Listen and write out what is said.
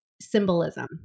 symbolism